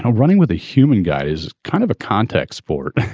um running with a human guide is kind of a contact sport.